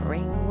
Ring